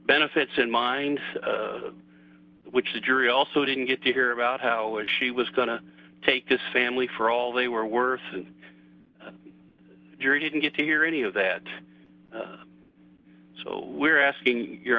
benefits in mind which the jury also didn't get to hear about how she was going to take this family for all they were worth and during didn't get to hear any of that so we're asking your